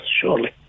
surely